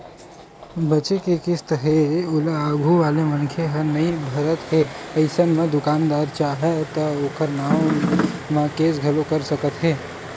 बचें के किस्त हे ओला आघू वाले मनखे ह नइ भरत हे अइसन म दुकानदार चाहय त ओखर नांव म केस घलोक कर सकत हे